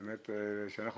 באמת כשאתה